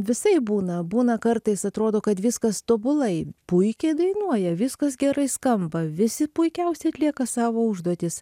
visaip būna būna kartais atrodo kad viskas tobulai puikiai dainuoja viskas gerai skamba visi puikiausiai atlieka savo užduotis